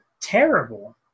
terrible